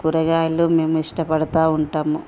కూరగాయలు మేము ఇష్టపడతా ఉంటాము